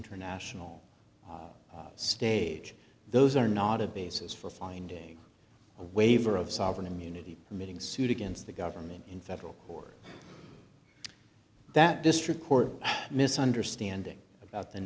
international stage those are not a basis for finding a waiver of sovereign immunity permitting suit against the government in federal court in that district court misunderstanding about the